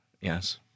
Yes